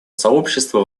сообщества